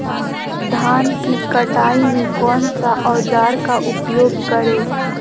धान की कटाई में कौन सा औजार का उपयोग करे?